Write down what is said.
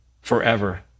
forever